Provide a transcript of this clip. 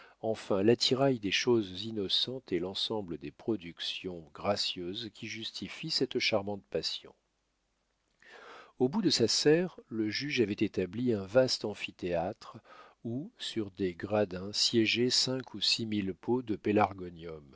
enfin l'attirail des choses innocentes et l'ensemble des productions gracieuses qui justifient cette charmante passion au bout de sa serre le juge avait établi un vaste amphithéâtre où sur des gradins siégeaient cinq ou six mille pots de